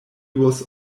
was